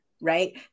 right